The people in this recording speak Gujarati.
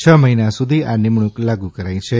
છ મહિના સુધી આ નિમણંક લાગુ કરાઇ છે